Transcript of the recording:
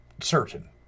certain